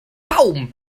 baum